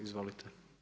Izvolite.